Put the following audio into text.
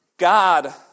God